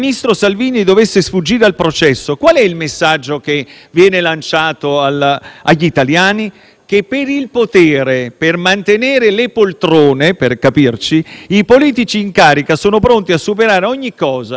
che per il potere, per mantenere le poltrone per capirci, i politici in carica sono pronti a superare ogni cosa, finanche le leggi che loro stessi votano e che a questo punto valgono per gli altri e non per loro.